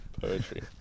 Poetry